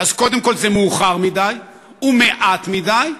קודם כול, זה מאוחר מדי ומעט מדי,